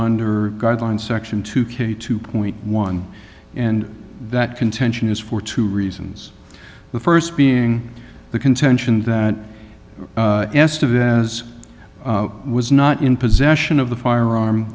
under guideline section two k two point one and that contention is for two reasons the first being the contention that estimate as was not in possession of the firearm